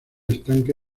estanque